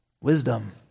Wisdom